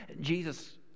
Jesus